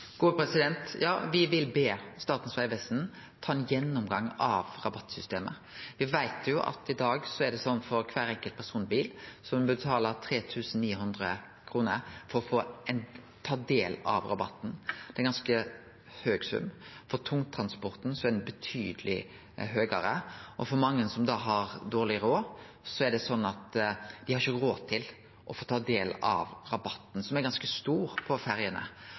vil be Statens vegvesen ta ein gjennomgang av rabattsystemet. I dag er det slik at ein må betale 3 900 kr for kvar personbil for å kunne få ta del i rabatten. Det er ein ganske høg sum. For tungtransport er han betydeleg høgare. Mange som har dårleg råd, har ikkje råd til å ta del i rabatten, som er ganske stor for ferjene.